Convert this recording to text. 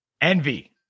envy